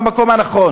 מהו המקום הנכון.